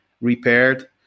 repaired